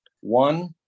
One